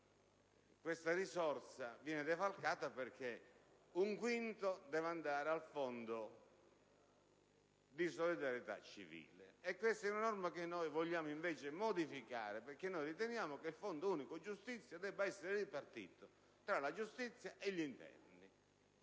ulteriormente defalcata, perché un quinto deve andare al Fondo di solidarietà civile. Questa è una norma che noi vogliamo modificare, perché riteniamo che il Fondo unico giustizia debba essere ripartito tra il Ministero